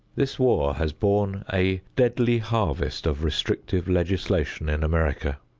this war has borne a deadly harvest of restrictive legislation in america.